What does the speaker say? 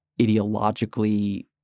ideologically